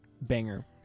banger